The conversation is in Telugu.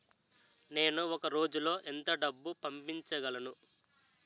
నేను ఒక రోజులో ఎంత డబ్బు పంపించగలను?